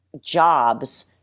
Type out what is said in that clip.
jobs